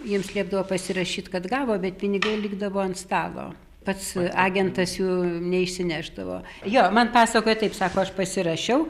jiems liepdavo pasirašyt kad gavo bet pinigai likdavo ant stalo pats agentas jų neišsinešdavo jo man pasakojo taip sako aš pasirašiau